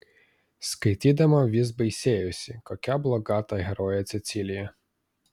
skaitydama vis baisėjosi kokia bloga ta herojė cecilija